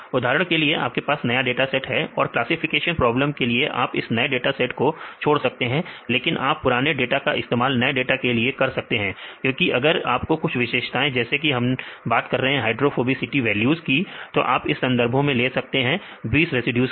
उदाहरण के लिए आपके पास एक नया डाटा है और क्लासिफिकेशन प्रॉब्लम के लिए आप इस नए डाटा को छोड़ सकते हैं लेकिन आप पुराने डाटा का इस्तेमाल नए डाटा सेट के लिए कर सकते हैं क्योंकि अगर आपको कुछ विशेषताएं जैसे कि हम बात करें हाइड्रोफोबिसिटी वैल्यूस की तो आप इसे संदर्भों से ले सकते हैं 20 रेसिड्यूज के लिए